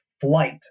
flight